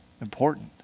important